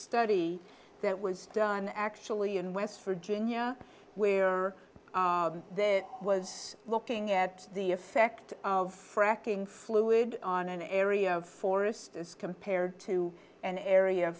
study that was done actually in west virginia where that was looking at the effect of fracking fluid on an area of forest as compared to an area of